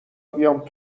بیام